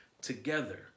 together